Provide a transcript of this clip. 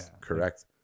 Correct